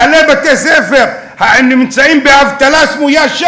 מנהלי בתי-ספר נמצאים באבטלה סמויה,